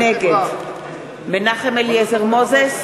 נגד מנחם אליעזר מוזס,